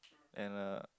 and a